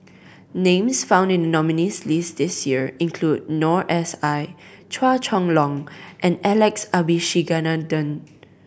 names found in the nominees list this year include Noor S I Chua Chong Long and Alex Abisheganaden